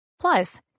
Plus